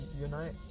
unite